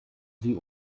sie